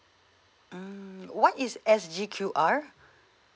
mm what is S_G_Q_R